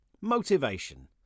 Motivation